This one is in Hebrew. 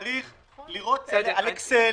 צריך לראות אקסל,